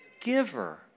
giver